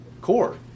core